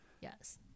yes